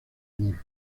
amor